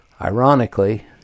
Ironically